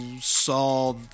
saw